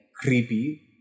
creepy